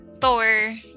Thor